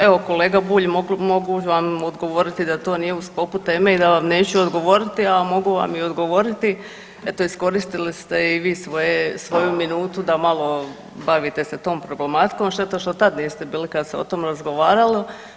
Evo, kolega Bulj mogu vam odgovoriti da to nije u sklopu teme i da vam neću odgovoriti, a mogu vam i odgovoriti eto iskoristili ste i vi svoju minuta da malo bavite se tom problematikom šteta što tad niste bili kad se o tome razgovaralo.